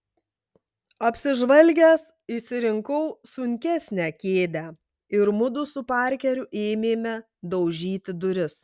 apsižvalgęs išsirinkau sunkesnę kėdę ir mudu su parkeriu ėmėme daužyti duris